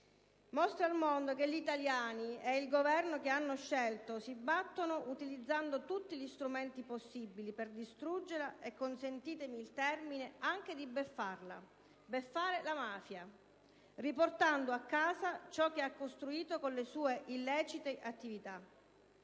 stessi - che gli italiani e il Governo che hanno scelto si battono utilizzando tutti gli strumenti possibili per distruggerla e, consentitemi il termine, beffarla riportando a casa ciò che ha costruito con le sue illecite attività.